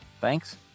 Thanks